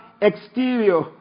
exterior